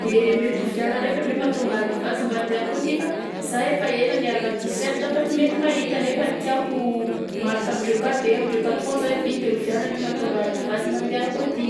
De mety oviana ndraika andrio mahatonga arrivage mba andehanako aty fa za efa ela miaragna tiserta fa tsy mety mahita nefany tiako marika amindrio akato de amindrio akato foagna za hividy de oviàna ndrio mahatonga arrivage mba handianako aty?